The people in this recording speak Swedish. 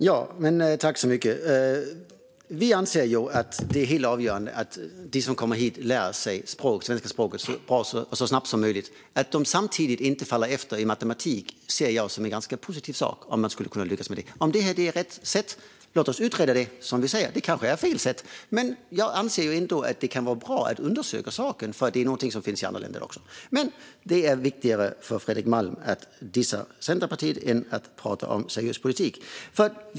Fru talman! Vi anser att det är helt avgörande att de som kommer hit lär sig svenska språket så snabbt som möjligt. Att de samtidigt inte hamnar efter i matematik ser jag som ganska positivt, om man skulle lyckas med det. Låt oss utreda om detta är rätt sätt! Det kanske är fel sätt. Jag anser att det kan vara bra att undersöka saken, för detta är något som finns i andra länder. Men det är viktigare för Fredrik Malm att dissa Centerpartiet än att prata om seriös politik.